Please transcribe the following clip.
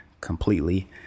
completely